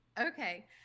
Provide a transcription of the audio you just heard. Okay